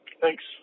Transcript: Thanks